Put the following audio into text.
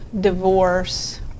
divorce